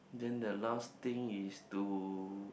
then the last thing is to